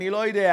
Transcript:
אני לא יודע,